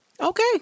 Okay